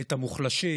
את המוחלשים,